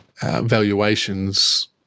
valuations